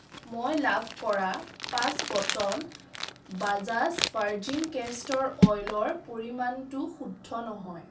মই লাভ কৰা পাঁচ বটল বাজাজ ভাৰ্জিন কেষ্টৰ অইলৰ পৰিমাণটো শুদ্ধ নহয়